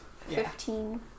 Fifteen